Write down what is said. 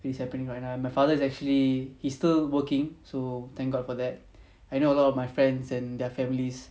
it is happening right and now my father is actually he's still working so thank god for that I know a lot of my friends and their families